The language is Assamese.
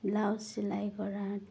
ব্লাউজ চিলাই কৰা